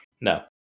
No